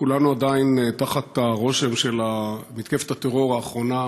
כולנו עדיין תחת הרושם של מתקפת הטרור האחרונה